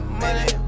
money